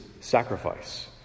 sacrifice